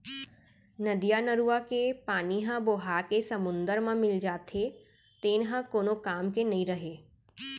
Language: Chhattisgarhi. नदियाँ, नरूवा के पानी ह बोहाके समुद्दर म मिल जाथे तेन ह कोनो काम के नइ रहय